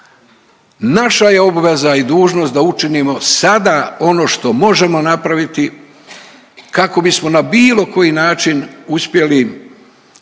Naša je obveza i dužnost da učinimo sada ono što možemo napraviti kako bismo na bilo koji način uspjeli